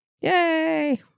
Yay